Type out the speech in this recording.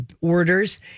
orders